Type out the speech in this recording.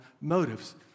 motives